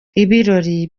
ibirori